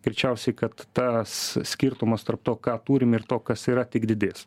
greičiausiai kad tas skirtumas tarp to ką turim ir to kas yra tik didės